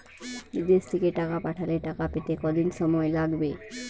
বিদেশ থেকে টাকা পাঠালে টাকা পেতে কদিন সময় লাগবে?